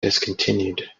discontinued